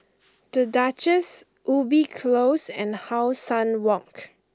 The Duchess Ubi Close and How Sun Walk